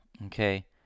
Okay